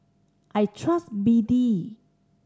I trust B D